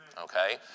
okay